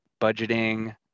budgeting